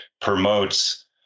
promotes